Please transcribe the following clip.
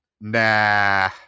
Nah